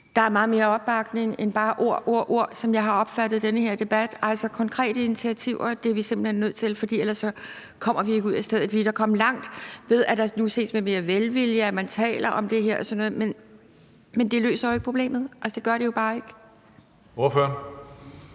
kommer meget mere opbakning end bare ord, ord og atter ord, som jeg har opfattet det i den her debat. Konkrete initiativer er vi simpelt hen nødt til at tage, for ellers kommer vi ikke ud af stedet. Vi er da kommet langt, i forhold til at der nu ses med mere velvilje på det og man taler om det osv., men det løser jo ikke problemet. Altså, det gør det bare ikke. Kl.